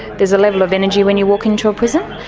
there is a level of energy when you walk into a prison,